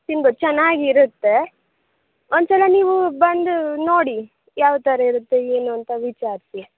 ತಿನ್ಬೌದು ಚೆನ್ನಾಗಿರುತ್ತೆ ಒಂದುಸಲ ನೀವು ಬಂದು ನೋಡಿ ಯಾವ ಥರ ಇರುತ್ತೆ ಏನು ಅಂತ ವಿಚಾರಿಸಿ